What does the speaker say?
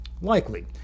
Likely